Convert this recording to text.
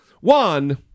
one